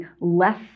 less